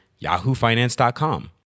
yahoofinance.com